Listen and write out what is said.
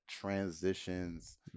transitions